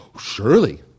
Surely